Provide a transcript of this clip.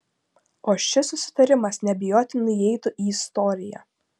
o šis susitarimas neabejotinai įeitų į istoriją